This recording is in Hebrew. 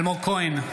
אלמוג כהן,